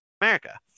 America